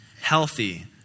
healthy